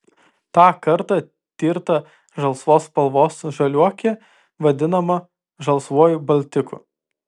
tą kartą tirta žalsvos spalvos žaliuokė vadinama žalsvuoju baltiku